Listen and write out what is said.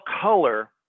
color